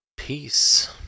peace